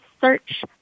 search